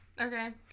Okay